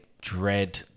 dread